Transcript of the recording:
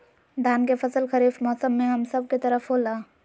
धान के फसल खरीफ मौसम में हम सब के तरफ होला